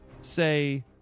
say